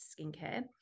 skincare